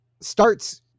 starts